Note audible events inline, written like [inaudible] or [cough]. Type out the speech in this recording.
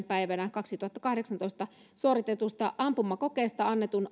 [unintelligible] päivänä kaksituhattakahdeksantoista suoritetusta ampumakokeesta annetun